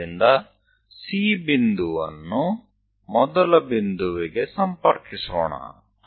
ಆದ್ದರಿಂದ C ಬಿಂದುವನ್ನು ಮೊದಲ ಬಿಂದುವಿಗೆ ಸಂಪರ್ಕಿಸೋಣ